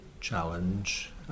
challenge